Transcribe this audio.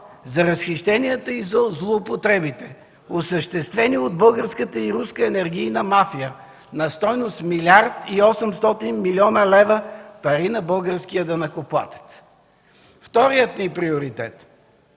за разхищенията и злоупотребите, осъществени от българската и руска енергийна мафия на стойност милиард и 800 млн. лв. пари на българския данъкоплатец. Вторият ни приоритет –